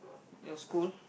your school